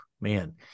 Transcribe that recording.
Man